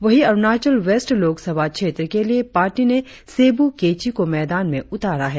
वही अरुणाचल वेस्ट लोक सभा क्षेत्र के लिए पार्टी ने सेब्र केची को मैदान में उतारा है